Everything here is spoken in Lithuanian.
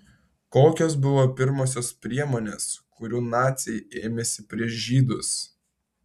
kokios buvo pirmosios priemonės kurių naciai ėmėsi prieš žydus